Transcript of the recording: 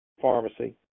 pharmacy